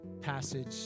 passage